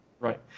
Right